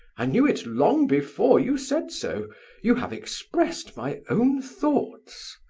i knew it long before you said so you have expressed my own thoughts.